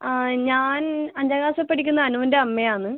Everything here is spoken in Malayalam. ആ ഞാൻ അഞ്ചാം ക്ലാസ്സിൽ പഠിക്കുന്ന അനുവിൻ്റെ അമ്മയാണ്